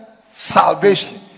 salvation